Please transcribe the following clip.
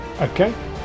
okay